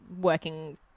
working